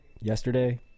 yesterday